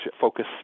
focus